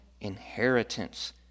inheritance